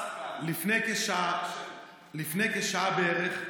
השר כהנא לפני כשעה בערך,